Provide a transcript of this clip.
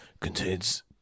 contains